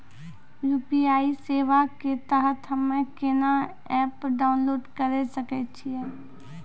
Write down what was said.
UPI सेवा के तहत हम्मे केना एप्प डाउनलोड करे सकय छियै?